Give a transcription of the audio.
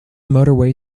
motorway